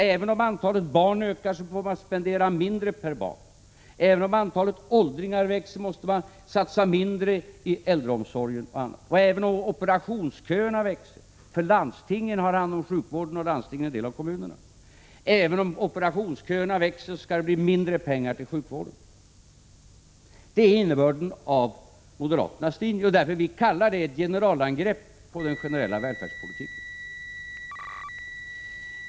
Även om antalet barn ökar måste man spendera mindre per barn. Även om antalet åldringar växer måste man satsa mindre på äldreomsorgen. Även om operationsköerna växer — landstingen har ju hand om sjukvården — så skall det bli mindre pengar till sjukvården. Det är innebörden i moderaternas linje, och den linjen anser vi vara ett generalangrepp på den generella välfärdspolitiken.